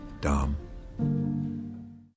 Dom